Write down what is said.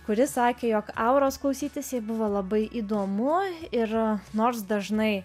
kuri sakė jog auros klausytis jai buvo labai įdomu ir nors dažnai